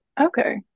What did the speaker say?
Okay